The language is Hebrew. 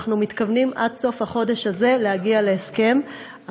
אנחנו מתכוונים עד סוף החודש הזה להגיע להסכם.